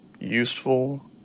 useful